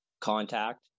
contact